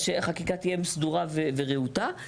אז שהחקיקה תהיה סדורה ורהוטה.